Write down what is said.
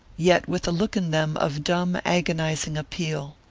yet with a look in them of dumb, agonizing appeal.